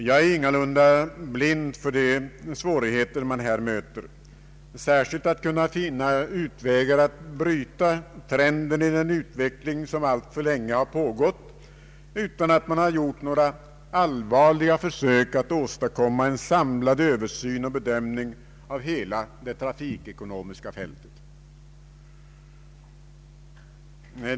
Jag är ingalunda blind för de svårigheter som man här möter, särskilt när det gäller att kunna finna vägar att bryta trenden i den utveckling som alltför länge pågått utan att det har gjorts några allvarliga försök att åstadkomma en samlad översyn och bedömning av hela det trafikekonomiska fältet.